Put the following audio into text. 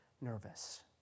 nervous